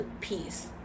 peace